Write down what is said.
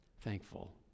Thankful